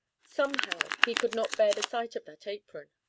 somehow, he could not bear the sight of that apron.